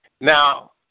Now